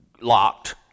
locked